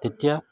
তেতিয়া